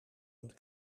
een